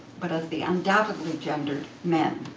but as the undoubtedly gendered men.